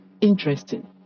interesting